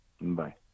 Bye